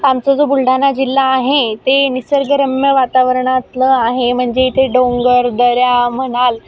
आमचा जो बुलढाणा जिल्हा आहे ते निसर्गरम्य वातावरणातलं आहे म्हणजे इथे डोंगरदऱ्या म्हणाल